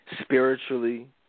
spiritually